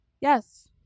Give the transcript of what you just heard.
Yes